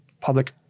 public